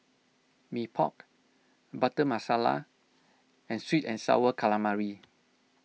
Mee Pok Butter Masala and Sweet and Sour Calamari